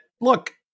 look